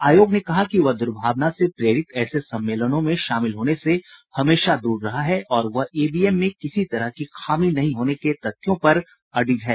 आयोग ने कहा कि वह दुर्भावना से प्रेरित ऐसे सम्मेलनों में शामिल होने से हमेशा दूर रहा है और वह ईवीएम में किसी तरह की खामी नहीं होने के तथ्यों पर अडिग है